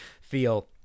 feel